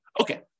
Okay